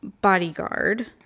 bodyguard